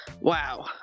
wow